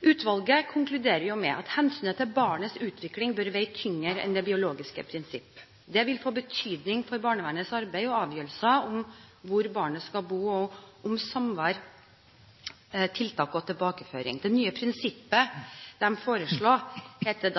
Utvalget konkluderer med at hensynet til barnets utvikling bør veie tyngre enn det biologiske prinsipp. Det vil få betydning for barnevernets arbeid og avgjørelser om hvor barnet skal bo, og om samvær, tiltak og tilbakeføring. Det nye prinsippet de foreslår, heter